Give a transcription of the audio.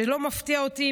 שלא מפתיע אותי.